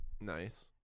Nice